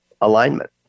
alignment